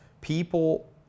People